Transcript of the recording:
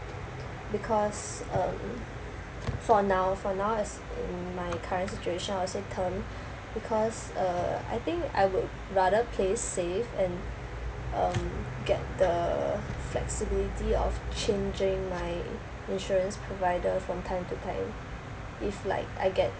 because um for now for now as is in my current situation I would say term because uh I think I will rather play safe and um get the flexibility of changing my insurance provider from time to time if like I get